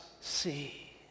see